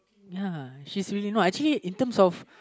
ya she's really no in terms of